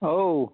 औ